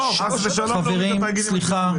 לא, חס ושלום להוריד את התאגידים הציבוריים.